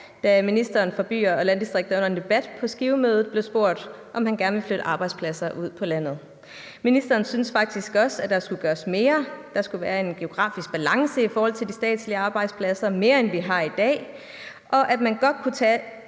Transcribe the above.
da ministeren for byer og landdistrikter under en debat på Skivemødet blev spurgt, om han gerne ville flytte arbejdspladser ud på landet. Ministeren syntes faktisk også, at der skulle gøres mere, at der skulle være en geografisk balance i forhold til de statslige arbejdspladser, mere end vi har i dag, at man godt kunne gøre